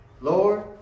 Lord